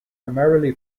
primarily